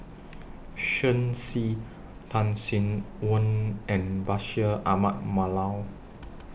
Shen Xi Tan Sin Aun and Bashir Ahmad Mallal